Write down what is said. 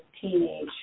teenage